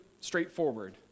straightforward